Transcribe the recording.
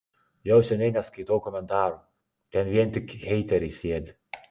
jau seniai neskaitau komentarų ten vien tik heiteriai sėdi